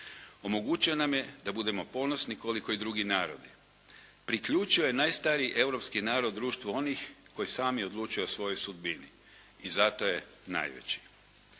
Omogućio nam je da budemo ponosni koliko i drugi narodi. Priključio je najstariji europski narod društvu onih koji sami odlučuju o svojoj sudbini i zato je najveći.